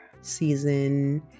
season